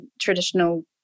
traditional